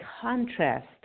contrast